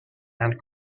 and